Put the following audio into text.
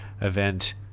event